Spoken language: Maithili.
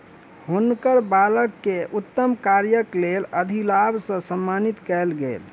हुनकर बालक के उत्तम कार्यक लेल अधिलाभ से सम्मानित कयल गेल